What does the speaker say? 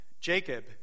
Jacob